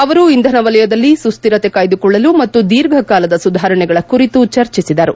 ಅವರು ಇಂಧನ ವಲಯದಲ್ಲಿ ಸುಸ್ತಿರತೆ ಕಾಯ್ಗುಕೊಳ್ಳಲು ಮತ್ತು ದೀರ್ಘಕಾಲದ ಸುಧಾರಣೆಗಳ ಕುರಿತು ಚರ್ಚಿಸಿದರು